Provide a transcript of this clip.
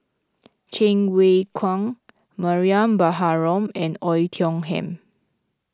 Cheng Wai Keung Mariam Baharom and Oei Tiong Ham